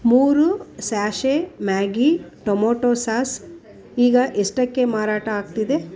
ಮೂರು sachet Maggi tomato sauce ಈಗ ಎಷ್ಟಕ್ಕೆ ಮಾರಾಟ ಆಗ್ತಿದೆ